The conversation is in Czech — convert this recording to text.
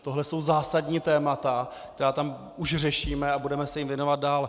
Tohle jsou zásadní témata, která tam už řešíme, a budeme se jim věnovat dál.